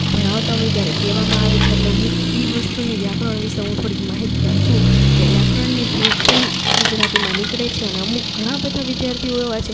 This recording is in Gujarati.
ભણાવતા હોય ત્યારે કહેવામાં આવે છે એટલે હું એ વસ્તુની વ્યાકરણ વિશે હું થોડીક માહિતગાર છું કે વ્યાકરણની ફૂલ ગુજરાતીમાં નીકળે છે અને અમુક ઘણાં બધાં વિદ્યાર્થીઓ એવા છે